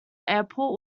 airport